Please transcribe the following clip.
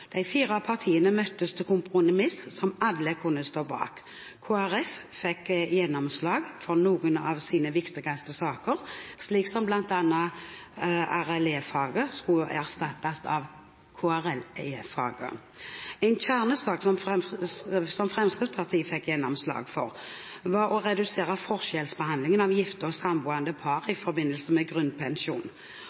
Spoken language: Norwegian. De fire partiene møttes til kompromiss som alle kunne stå bak. Kristelig Folkeparti fikk gjennomslag for noen av sine viktigste saker, bl.a. at RLE-faget skulle erstattes av KRLE-faget. En kjernesak for Fremskrittspartiet som vi fikk gjennomslag for, var å redusere forskjellsbehandlingen av gifte og samboende par i forbindelse med grunnpensjon.